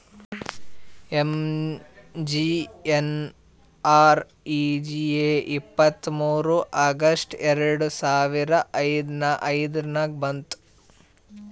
MGNREGA ಇಪ್ಪತ್ತ್ಮೂರ್ August ಎರಡು ಸಾವಿರದ ಐಯ್ದುರ್ನಾಗ್ ಬಂತು